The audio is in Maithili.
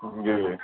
जी